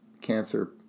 cancer